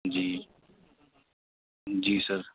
جی جی سر